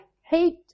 hate